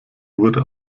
wurde